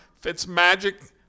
Fitzmagic